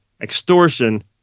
extortion